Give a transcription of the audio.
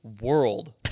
world